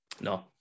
No